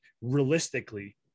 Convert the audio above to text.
realistically